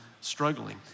struggling